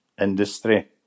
industry